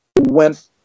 went